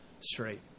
straight